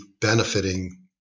benefiting